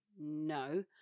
No